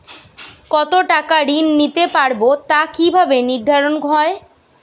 কতো টাকা ঋণ নিতে পারবো তা কি ভাবে নির্ধারণ হয়?